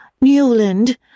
Newland